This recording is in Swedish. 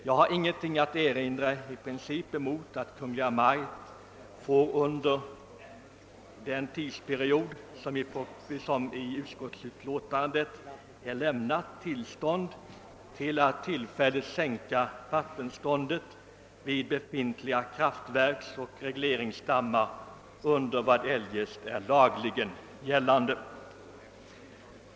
Jag har i princip inget att erinra mot att Kungl. Maj:t under den tidsperiod, som anges i utskottets förevarande utlåtande, lämnar tillstånd till att sänka vattenståndet vid befintliga kraftverksoch regleringsdammar under vad som eljest är lagligen medgivet.